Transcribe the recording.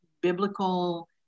biblical